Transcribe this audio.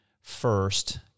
first